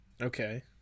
Okay